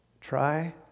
try